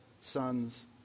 sons